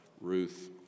Ruth